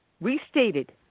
restated